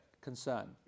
concern